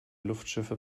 luftschiffe